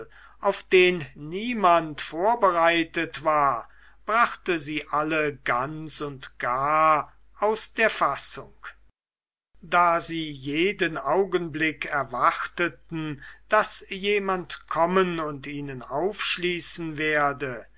auf den niemand vorbereitet war brachte sie alle ganz und gar aus der fassung da sie jeden augenblick erwarteten daß jemand kommen und ihnen aufschließen werde